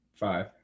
five